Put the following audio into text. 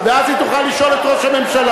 ואז היא תוכל לשאול את ראש הממשלה.